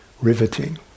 riveting